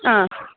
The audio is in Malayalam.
ആ